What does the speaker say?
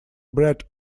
bread